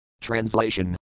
Translation